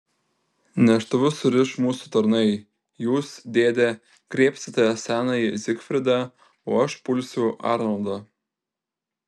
neštuvus suriš mūsų tarnai jūs dėde griebsite senąjį zigfridą o aš pulsiu arnoldą